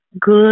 good